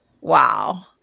Wow